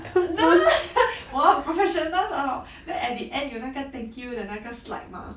no 我很 professional 的 hor then at the end 有那个 thank you 的那个 slide mah